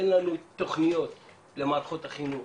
אין לנו תוכניות למערכות החינוך.